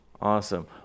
Awesome